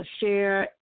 share